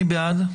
מי בעד?